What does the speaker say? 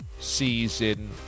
Season